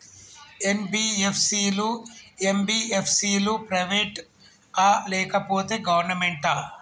NBFC లు, MBFC లు private ఆ లేకపోతే గవర్నమెంటా?